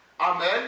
Amen